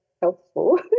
helpful